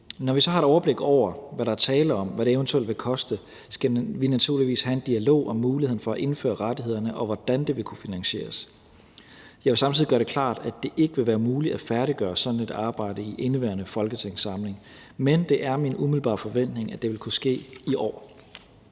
Når vi så har et overblik over, hvad der er tale om, og hvad det eventuelt vil koste, skal vi naturligvis have en dialog om muligheden for at indføre rettighederne, og hvordan det vil kunne finansieres. Jeg vil samtidig gøre det klart, at det ikke vil være muligt at færdiggøre sådan et arbejde i indeværende folketingssamling, men at det er min umiddelbare forventning, at det vil kunne ske i år.